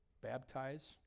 baptize